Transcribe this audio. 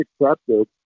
accepted